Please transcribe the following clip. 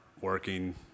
working